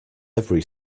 every